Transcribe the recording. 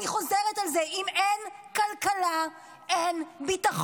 אני חוזרת על זה: אם אין כלכלה, אין ביטחון.